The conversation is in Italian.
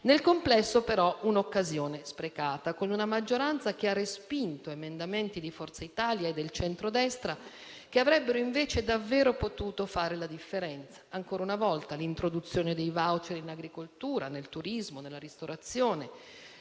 Nel complesso, però, si tratta di un'occasione sprecata, con una maggioranza che ha respinto emendamenti di Forza Italia e del centrodestra che avrebbero, invece, davvero potuto fare la differenza. Li ripeto ancora una volta: l'introduzione dei *voucher* in agricoltura, nel turismo, nella ristorazione;